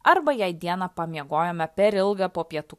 arba jei dieną pamiegojome per ilgą po pietų